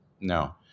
no